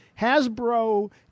Hasbro